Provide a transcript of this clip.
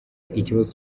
ikibazo